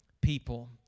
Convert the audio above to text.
people